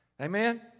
Amen